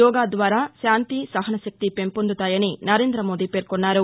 యోగా ద్వారా శాంతి సహన శక్తి పెంపొందుతాయని పధాని నరేంద మోదీ పేర్కొన్నారు